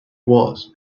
was